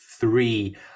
three